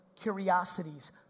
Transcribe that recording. curiosities